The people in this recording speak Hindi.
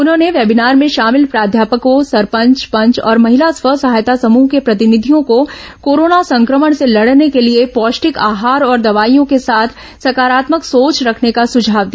उन्होंने वेबीनार में शामिल प्राध्यापकों सरपंच पंच और महिला स्व सहायता समूह के प्रतिनिधियों को कोरोना संक्रमण से लड़ने के लिए पौष्टिक आहार और दवाइयों के साथ सकारात्मक सोच रखने का सुझाव दिया